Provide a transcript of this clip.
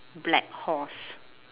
black horse